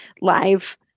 live